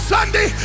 Sunday